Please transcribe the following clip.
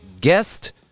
guest